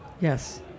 Yes